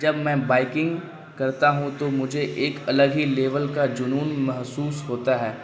جب میں بائکنگ کرتا ہوں تو مجھے ایک الگ ہی لیول کا جنون محسوس ہوتا ہے